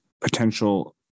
potential